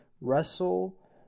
Russell